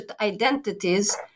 identities